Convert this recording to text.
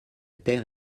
terre